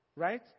right